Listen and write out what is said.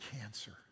cancer